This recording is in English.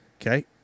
Okay